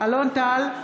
אלון טל,